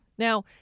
Now